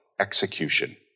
execution